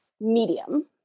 medium